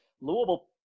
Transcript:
Louisville